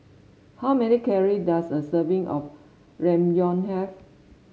how many calories does a serving of Ramyeon have